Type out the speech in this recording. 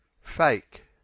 Fake